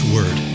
Word